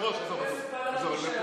ועדות משנה?